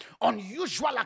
Unusual